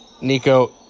Nico